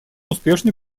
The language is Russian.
успешной